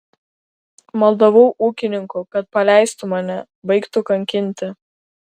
maldavau ūkininkų kad paleistų mane baigtų kankinti